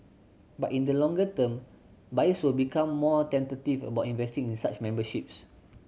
but in the longer term buyers will become more tentative about investing in such memberships